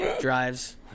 drives